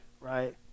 right